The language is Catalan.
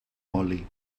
oli